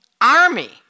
army